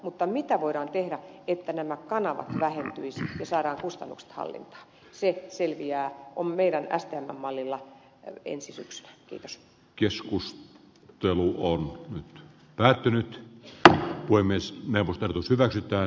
mutta mitä voidaan tehdä että nämä kanavat vähentyisivät ja saadaan kustannukset hallintaan se selviää meidän stmn mallilla ensi syksynä edes joskus kello nyt päättynyt että voi myös mennä verotus hyväksytään